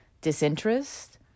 disinterest